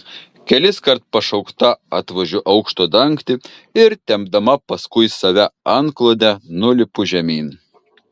keliskart pašaukta atvožiu aukšto dangtį ir tempdama paskui save antklodę nulipu žemyn